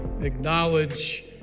acknowledge